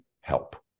help